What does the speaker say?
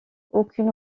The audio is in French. aucune